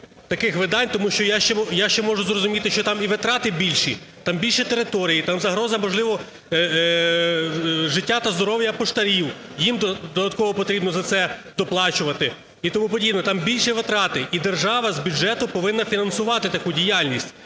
я ще можу зрозуміти, що там і витрати більші, там більші території, там загроза, можливо, життю та здоров'ю поштарів, їм додатково потрібно за це доплачувати і тому подібне. Там більші витрати, і держава з бюджету повинна фінансувати таку діяльність,